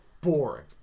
Boring